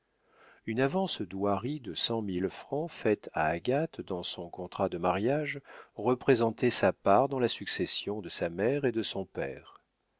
une avance d'hoirie de cent mille francs faite à agathe dans son contrat de mariage représentait sa part dans la succession de sa mère et de son père